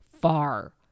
far